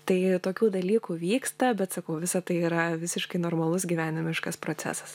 tai tokių dalykų vyksta bet sakau visa tai yra visiškai normalus gyvenimiškas procesas